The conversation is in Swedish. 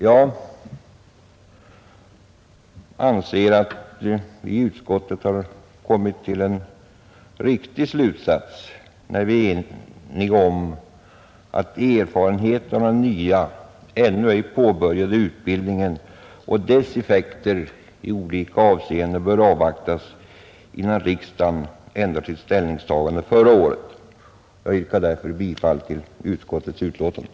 Jag anser att vi inom utskottet har kommit till en riktig slutsats när vi enat oss om att erfarenheterna av den nya och ännu inte påbörjade utbildningen och dess effekter i olika avseenden bör avvaktas innan riksdagen ändrar förra årets ställningstagande. Jag yrkar därför bifall till utskottets hemställan.